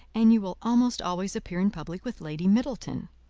and you will almost always appear in public with lady middleton.